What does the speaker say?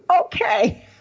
Okay